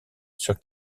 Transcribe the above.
sur